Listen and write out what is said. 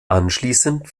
anschließend